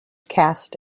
cast